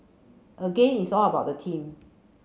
again it's all about the team